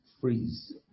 freeze